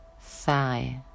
thigh